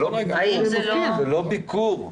זה לא ביקור.